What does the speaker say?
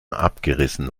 abgerissen